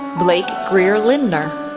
blake greer lindner,